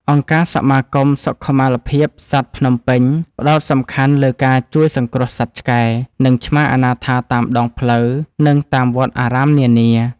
អង្គការ សមាគមសុខុមាលភាពសត្វភ្នំពេញ ផ្ដោតសំខាន់លើការជួយសង្គ្រោះសត្វឆ្កែ និងឆ្មាអនាថាតាមដងផ្លូវ និងតាមវត្តអារាមនានា។